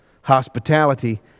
hospitality